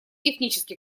технически